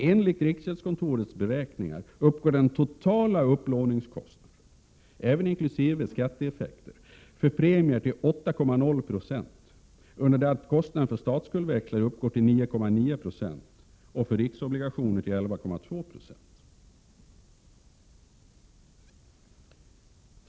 Enligt riksgäldskontorets beräkningar uppgår den totala upplåningskostnaden, även inkl. skatteeffekter, för premier till 8,0 Zo, under det att kostnaden för statsskuldsväxlar uppgår till 9,9 26 och för riksobligationer till 11,2 96.